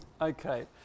Okay